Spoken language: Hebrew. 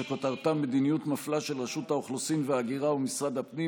שכותרתה: מדיניות מפלה של רשות האוכלוסין וההגירה ומשרד הפנים